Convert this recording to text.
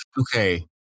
okay